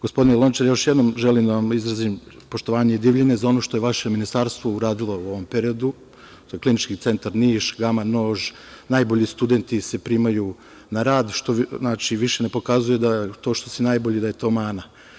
Gospodine Lončar, još jednom želim da vam izrazim poštovanje i divljenje za ono što je vaše Ministarstvo uradilo u ovom periodu, to je Klinički centar Niš, gama nož, najbolji studenti se primaju na rad, znači više ne pokazuju da to što si najbolji da je to mana.